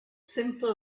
simple